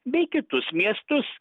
bei kitus miestus